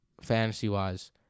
fantasy-wise